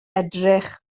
edrych